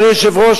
אדוני היושב-ראש,